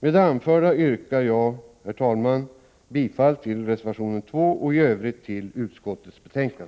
Med det anförda yrkar jag bifall till reservation 2 och i övrigt till utskottets hemställan.